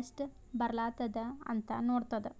ಎಸ್ಟ್ ಬರ್ಲತ್ತದ ಅಂತ್ ನೋಡದ್ದ